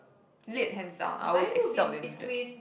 lit hands down I always excelled in lit